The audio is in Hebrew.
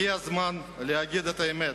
הגיע הזמן להגיד את האמת: